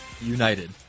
United